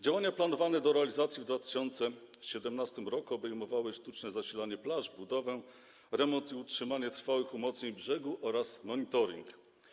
Działania planowane do realizacji w 2017 r. obejmowały sztuczne zasilanie plaż, budowę, remont i utrzymanie trwałych umocnień brzegu oraz monitoring.